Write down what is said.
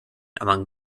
among